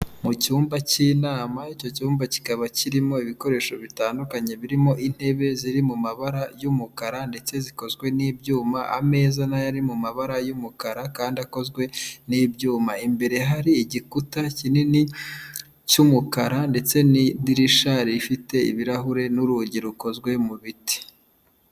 Mu cyumba cy'inama icyo cyumba kikaba kirimo ibikoresho bitandukanye birimo intebe ziri mu mabara y'umukara ndetse zikozwe n'ibyuma ameza n'aya ari mu mabara y'umukara kandi akozwe n'ibyuma, imbere hari igikuta kinini cy'umukara ndetse n'idirisha rifite ibirahuri n'urugi rukozwe mu biti.